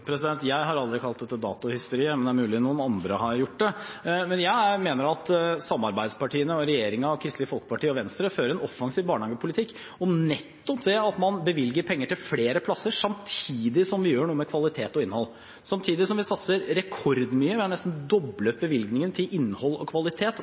Jeg har aldri kalt dette datohysteri, men det er mulig at noen andre har gjort det. Jeg mener at samarbeidspartiene – regjeringen, Kristelig Folkeparti og Venstre – fører en offensiv barnehagepolitikk om nettopp det at man bevilger penger til flere plasser, samtidig som vi gjør noe med kvalitet og innhold, samtidig som vi satser rekordmye. Vi har nesten